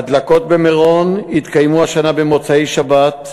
ההדלקות במירון התקיימו השנה במוצאי-שבת,